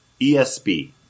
ESB